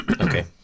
Okay